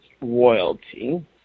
royalty